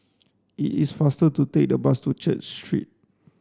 it is faster to take the bus to Church Street